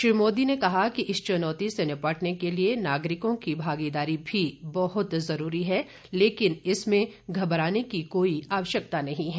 श्री मोदी ने कहा कि इस चुनौती से निपटने के लिए नागरिकों की भागीदारी भी बहुत जरूरी है लेकिन इसमें घबराने की कोई आवश्यकता नहीं है